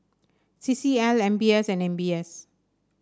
C C L M B S and M B S